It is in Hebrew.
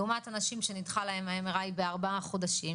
לעומת אנשים שנדחה להם ה-MRI בארבעה חודשים,